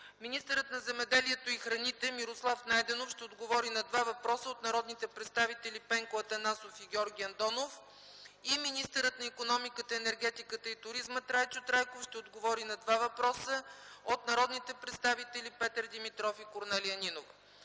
Министърът на земеделието и храните Мирослав Найденов ще отговори на два въпроса от народните представители Пенко Атанасов и Георги Андонов. Министърът на икономиката, енергетиката и туризма Трайчо Трайков ще отговори на два въпроса от народните представители Петър Димитров и Корнелия Нинова.